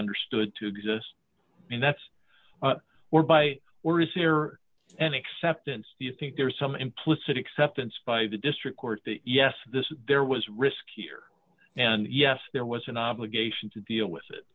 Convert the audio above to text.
understood to desist and that's were by were is there an acceptance you think there's some implicit acceptance by the district court that yes this there was riskier and yes there was an obligation to deal with it